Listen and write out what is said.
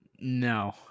No